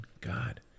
God